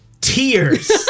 tears